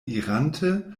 irante